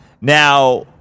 Now